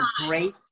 great